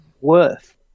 worth